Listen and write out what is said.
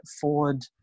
forward